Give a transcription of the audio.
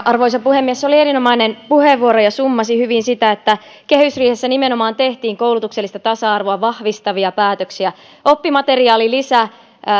arvoisa puhemies se oli erinomainen puheenvuoro ja summasi hyvin sitä että kehysriihessä nimenomaan tehtiin koulutuksellista tasa arvoa vahvistavia päätöksiä oppimateriaalilisä